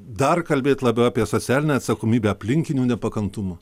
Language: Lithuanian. dar kalbėt labiau apie socialinę atsakomybę aplinkinių nepakantumu